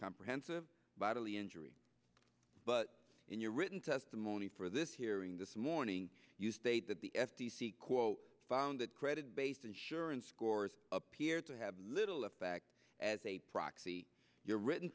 comprehensive bodily injury but in your written testimony for this hearing this morning you state that the f t c quote found that credit based insurance scores appear to have little effect as a proxy for your written